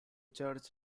church